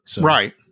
right